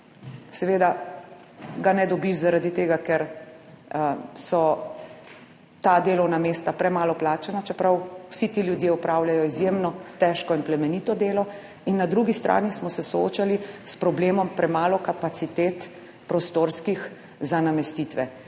Seveda ga ne dobiš zaradi tega, ker so ta delovna mesta premalo plačana, čeprav vsi ti ljudje opravljajo izjemno težko in plemenito delo. In na drugi strani smo se soočali s problemom premalo kapacitet prostorskih za namestitve.